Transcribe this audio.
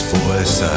voice